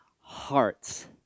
hearts